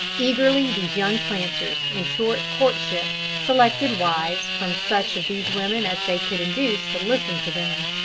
eagerly these young planters, in short courtship, selected wives from such of these women as they could induce to listen to them.